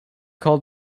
called